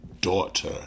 daughter